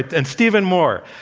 and stephen moore,